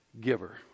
giver